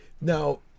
Now